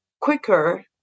quicker